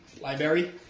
Library